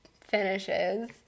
finishes